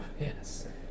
Yes